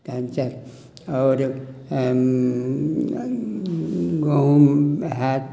तहन से आओर गहूॅंम होयत